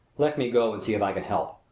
let me go and see if i can help.